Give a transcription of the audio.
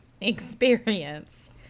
experience